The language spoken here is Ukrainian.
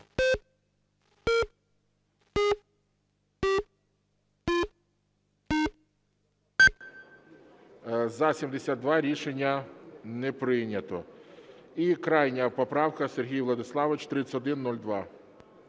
За-72 Рішення не прийнято. І крайня поправка, Сергій Владиславович, 3102.